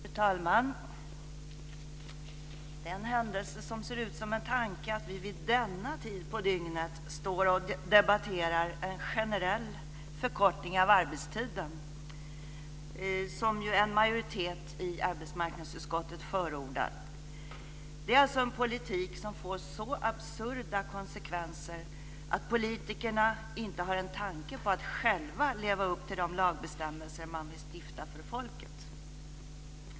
Fru talman! Det är en händelse som ser ut som en tanke att vi vid denna tid på dygnet står och debatterar en generell förkortning av arbetstiden, vilket en majoritet i utskottet förordar. Det är alltså en politik som får så absurda konsekvenser att politikerna inte har en tanke på att själva leva upp till de lagbestämmelser man vill stifta för folket.